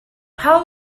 how